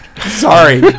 sorry